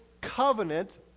covenant